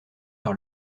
par